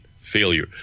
failure